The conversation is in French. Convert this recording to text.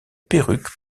perruque